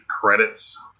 credits